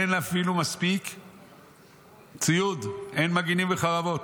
אין אפילו מספיק ציוד, אין מגינים וחרבות.